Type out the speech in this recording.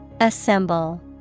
Assemble